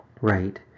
Right